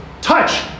Touch